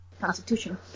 constitution